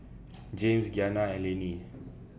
Jaymes Giana and Laney